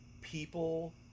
people